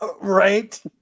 Right